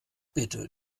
bitte